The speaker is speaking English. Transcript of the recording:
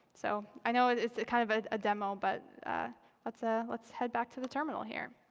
so i know it's kind of of a demo, but let's ah let's head back to the terminal here.